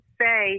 say